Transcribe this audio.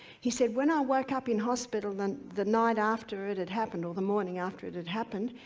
he said, when i woke up in hospital, the and the night after it had happened, or the morning after it had happened,